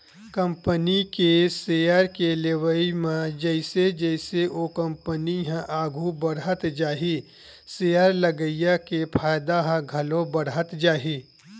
company के share के लेवई म जइसे जइसे ओ कंपनी ह आघू बड़हत जाही सेयर लगइया के फायदा ह घलो बड़हत जाही